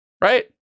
right